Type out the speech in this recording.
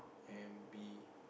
and be